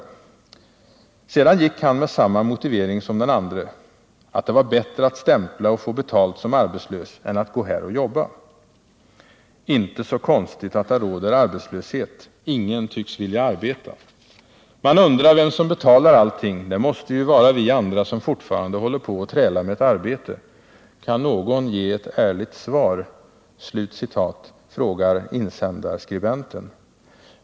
Sedan gick han med samma motivering som den andre, att det var bättre att stämpla och få betalt som arbetslös än att gå här och jobba! —-—-- Inte så konstigt att det råder en arbetslöshet. Ingen tycks vilja arbeta! Man undrar vem som betalar allting. Det måste ju vara vi andra som fortfarande håller på och trälar med ett arbete. Kan någon ge ett ärligt svar”, frågar insändarskribenten.